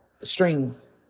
strings